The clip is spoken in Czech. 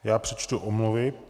Já přečtu omluvy.